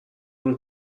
اون